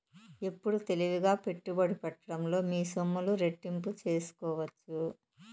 ఎప్పుడు తెలివిగా పెట్టుబడి పెట్టడంలో మీ సొమ్ములు రెట్టింపు సేసుకోవచ్చు